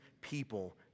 people